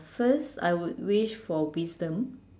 first I would wish for wisdom